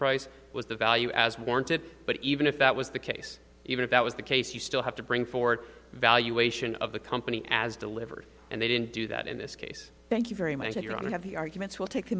price was the value as warranted but even if that was the case even if that was the case you still have to bring forward the valuation of the company as delivered and they didn't do that in this case thank you very much that you don't have the arguments will take the